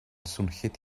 swnllyd